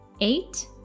eight